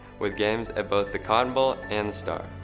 with games at both the cotton bowl and the star.